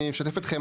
אני אשתף אתכם,